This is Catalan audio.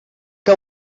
que